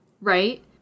right